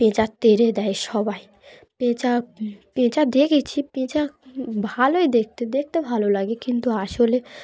পেঁচা তেড়ে দেয় সবাই পেঁচা পেঁচা দেখেছি পেঁচা ভালোই দেখতে দেখতে ভালো লাগে কিন্তু আসলে